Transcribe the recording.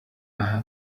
aha